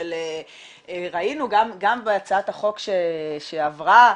ראינו גם בהצעת החוק שעברה,